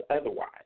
otherwise